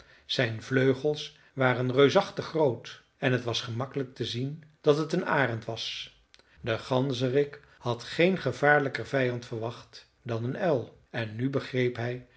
zijn vleugels waren reusachtig groot en t was gemakkelijk te zien dat het een arend was de ganzerik had geen gevaarlijker vijand verwacht dan een uil en nu begreep hij